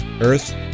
earth